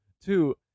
Two